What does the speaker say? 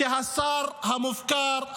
שהשר המופקר,